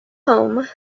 home